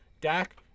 Dak